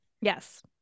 Yes